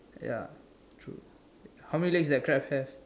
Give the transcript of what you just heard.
ya true how many legs does crab have